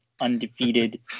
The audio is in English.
undefeated